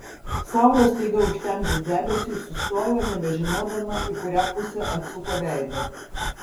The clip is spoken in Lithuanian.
saulę staiga užtemdžius debesiui sustojo nebežinodama į kurią pusę atsuko veidą